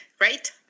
right